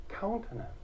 countenance